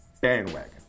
bandwagon